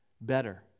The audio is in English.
better